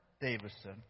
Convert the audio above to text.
Davison